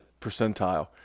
percentile